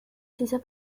ciencias